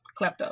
klepto